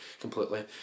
completely